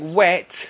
wet